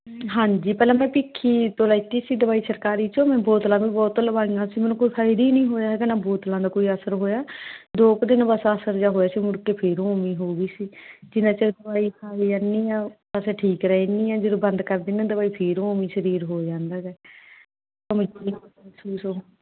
ਹਾਂਜੀ ਪਹਿਲਾਂ ਮੈਂ ਭਿੱਖੀ ਤੋਂ ਲਿੱਤੀ ਸੀ ਦਵਾਈ ਸਰਕਾਰੀ ਚੋਂ ਮੈਂ ਬੋਤਲਾਂ ਵੀ ਬੋਤਲ ਲਵਾਈਆਂ ਸੀ ਮੈਨੂੰ ਕੋਈ ਫ਼ਾਇਦਾ ਨਹੀਂ ਹੋਇਆ ਹੈਗਾ ਨਾ ਬੋਤਲਾਂ ਦਾ ਕੋਈ ਅਸਰ ਹੋਇਆ ਦੋ ਕੁ ਦਿਨ ਬਸ ਅਸਰ ਜਿਹਾ ਹੋਇਆ ਸੀ ਮੁੜਕੇ ਫਿਰ ਓਵੇਂ ਹੀ ਹੋ ਗਈ ਸੀ ਜਿੰਨਾ ਚਿਰ ਦਵਾਈ ਖਾਈ ਜਾਂਦੀ ਹਾਂ ਬਸ ਠੀਕ ਰਹਿੰਦੀ ਹਾਂ ਜਦੋਂ ਬੰਦ ਕਰ ਦਿੰਦੀ ਹਾਂ ਦਵਾਈ ਫਿਰ ਓਵੀਂ ਸਰੀਰ ਹੋ ਜਾਂਦਾ ਗਾ ਕਮਜ਼ੋਰੀ ਮਹਿਸੂਸ